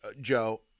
Joe